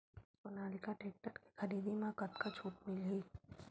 Sonalika tractor के खरीदी मा कतका छूट मीलही?